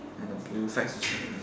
and the blue flags also